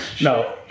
No